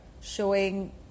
showing